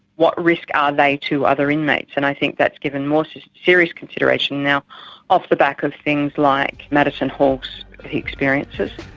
what risk are they to other inmates? and i think that is given more serious consideration now off the back of things like maddison hall's experiences.